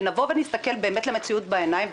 שנבוא ונסתכל באמת למציאות בעיניים,